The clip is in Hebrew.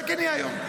אולי כן יהיה היום,